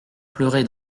pleuraient